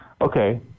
okay